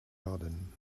erden